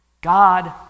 God